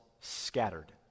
scattered